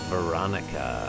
Veronica